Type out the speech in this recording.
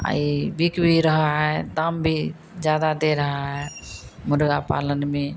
अ ई बिक भी रहा है दाम भी ज़्यादा दे रहा है मुर्ग़ा पालन में